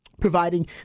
providing